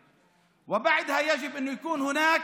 ולאחר מכן צריך להיות שם,